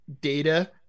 data